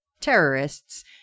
terrorists